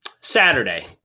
Saturday